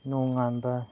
ꯅꯣꯡꯉꯥꯟꯕ